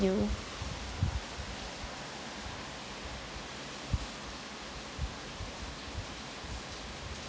you